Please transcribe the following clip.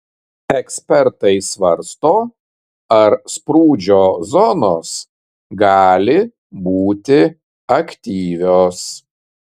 ekspertai svarsto ar sprūdžio zonos gali būti aktyvios